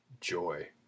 joy